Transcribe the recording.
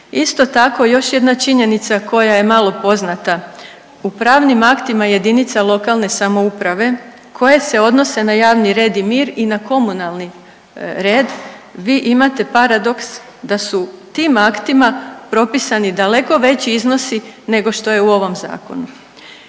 Isto tako, još jedna činjenica koja je malo poznata, u pravnim aktima jedinice lokalne samouprave koje se odnose na javni red i mir i na komunalni red, vi imate paradoks da su tim aktima propisani daleko veći iznosi nego što je u ovom Zakonu.